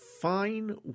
fine